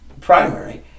primary